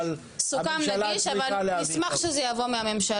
אבל הממשלה צריכה להביא חוק -- סוכם נגיש,